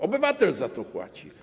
Obywatel za to płaci.